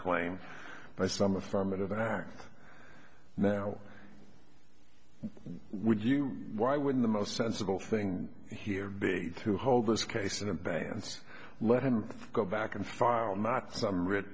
claim by some affirmative act now would you why when the most sensible thing here big to hold this case in a band let him go back and file not some wri